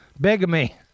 bigamy